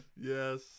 yes